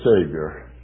Savior